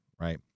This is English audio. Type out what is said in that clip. Right